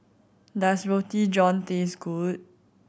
does Roti John taste good